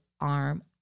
arm